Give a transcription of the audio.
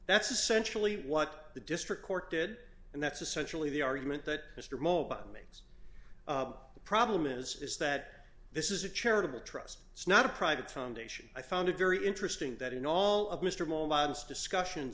that's essentially what the district court did and that's essentially the argument that mr mole bombings problem is is that this is a charitable trust it's not a private foundation i found it very interesting that in all of mr moggs discussions